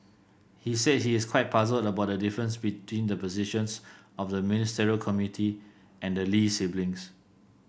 he said he is quite puzzled about the difference between the positions of the Ministerial Committee and the Lee siblings